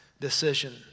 decision